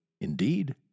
indeed